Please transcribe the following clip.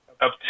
up